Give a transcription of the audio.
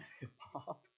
hip-hop